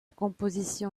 composition